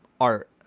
art